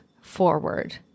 forward